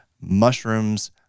mushrooms